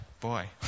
Boy